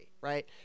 right